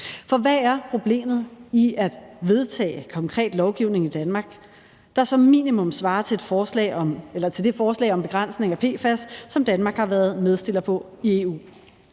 For hvad er problemet i at vedtage konkret lovgivning i Danmark, der som minimum svarer til det forslag om en begrænsning af PFAS, som Danmark har været medforslagsstiller på i EU?